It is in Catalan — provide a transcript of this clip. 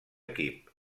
equip